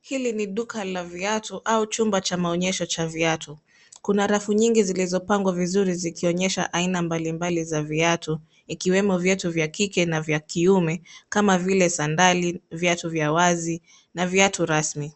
Hili ni duka la viatu au chumba cha maonyesho cha viatu. Kuna rafu nyingi zilizopangwa vizuri zikionyesha aina mbalimbali za viatu, ikiwemo viatu vya kike na vya kiume kama vile sandali, viatu vya wazi na viatu rasmi.